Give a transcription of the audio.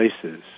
places